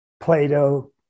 Plato